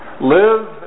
Live